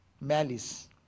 malice